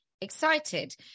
excited